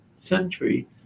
century